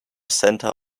centre